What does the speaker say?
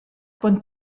pon